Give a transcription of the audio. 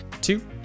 two